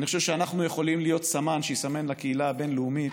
אני חושב שאנחנו יכולים להיות סמן שיסמן לקהילה הבין-לאומית